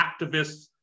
activists